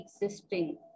existing